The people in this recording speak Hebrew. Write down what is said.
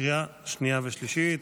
בקריאה שנייה ושלישית.